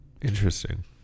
Interesting